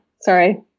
sorry